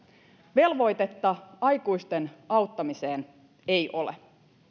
velvoitetta aikuisten auttamiseen ei ole